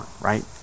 right